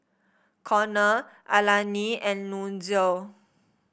Konner Alani and Nunzio